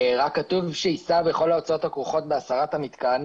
רק כתוב "שיישא בכל ההוצאות הכרוכות בהסרת המתקן",